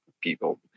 people